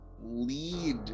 lead